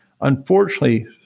Unfortunately